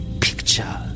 picture